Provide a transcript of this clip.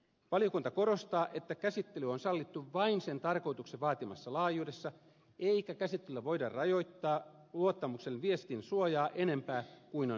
valiokunta korostaa että käsittely on sallittu vain sen tarkoituksen vaatimassa laajuudessa eikä käsittelyllä voida rajoittaa luottamuksellisen viestin suojaa enempää kuin on välttämätöntä